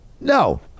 No